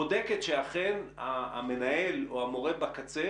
בודקת שאכן המנהל או המורה בקצה